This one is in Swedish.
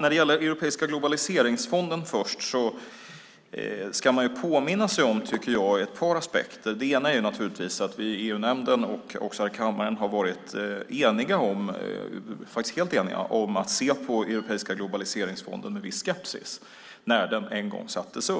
När det gäller den europeiska globaliseringsfonden tycker jag att man ska påminna sig om ett par aspekter. Det ena är naturligtvis att vi i EU-nämnden och också här i kammaren faktiskt var helt eniga om att se på den europeiska globaliseringsfonden med viss skepsis när den en gång inrättades.